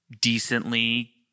decently